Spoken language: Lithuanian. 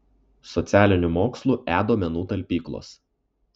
socialinių mokslų e duomenų talpyklos